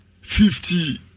fifty